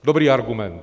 Dobrý argument.